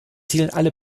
erzielen